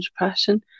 depression